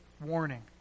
warning